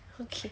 okay